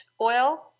oil